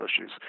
issues